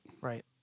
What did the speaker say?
Right